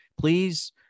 please